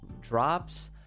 drops